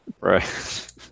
Right